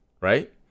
right